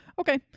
Okay